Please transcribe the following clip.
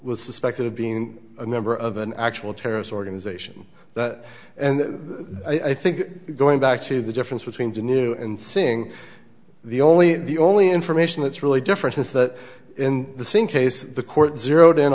was suspected of being a member of an actual terrorist organization and i think going back to the difference between the new and seeing the only the only information that's really different is that in the same case the court zeroed in